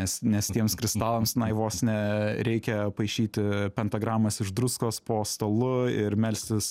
nes nes tiems kristalams na į vos ne reikia paišyti pentagramas iš druskos po stalu ir melstis